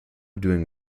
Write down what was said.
doing